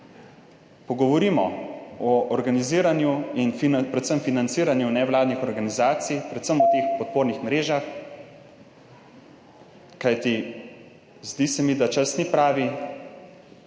pogovorimo o organiziranju in predvsem financiranju nevladnih organizacij, predvsem o teh podpornih mrežah, kajti zdi se mi, da čas ni pravi,